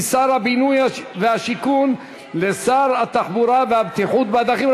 משר הבינוי והשיכון לשר התחבורה והבטיחות בדרכים,